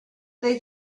they